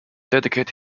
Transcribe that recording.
dedicate